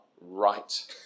right